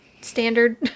standard